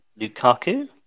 Lukaku